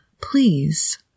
Please